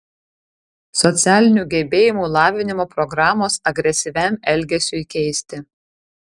socialinių gebėjimų lavinimo programos agresyviam elgesiui keisti